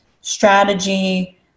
strategy